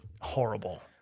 horrible